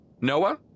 Noah